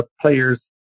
players